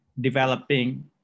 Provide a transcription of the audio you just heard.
developing